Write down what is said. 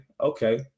okay